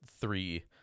three